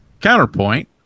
Counterpoint